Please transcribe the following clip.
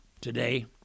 today